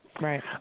Right